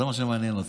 זה מה שמעניין אתכם.